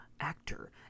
actor